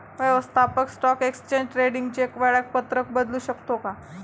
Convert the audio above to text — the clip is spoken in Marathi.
व्यवस्थापक स्टॉक एक्सचेंज ट्रेडिंगचे वेळापत्रक बदलू शकतो का?